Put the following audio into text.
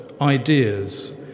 ideas